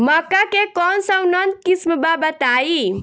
मक्का के कौन सा उन्नत किस्म बा बताई?